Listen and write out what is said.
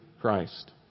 Christ